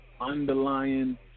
Underlying